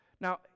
Now